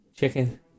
Chicken